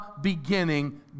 beginning